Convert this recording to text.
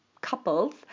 couples